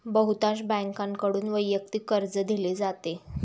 बहुतांश बँकांकडून वैयक्तिक कर्ज दिले जाते